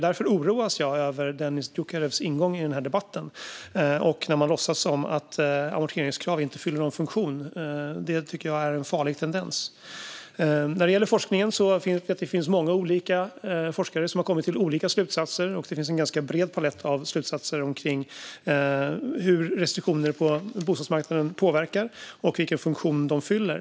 Därför oroas jag över Dennis Dioukarevs ingång i denna debatt där han låtsas som att amorteringskrav inte fyller någon funktion. Det tycker jag är en farlig tendens. När det gäller forskningen finns det många olika forskare som har kommit till olika slutsatser, och det finns en ganska bred palett av slutsatser omkring hur restriktioner på bostadsmarknaden påverkar och vilken funktion de fyller.